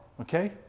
okay